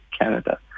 Canada